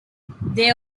they